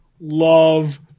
love